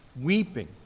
weeping